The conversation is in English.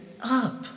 up